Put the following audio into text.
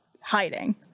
hiding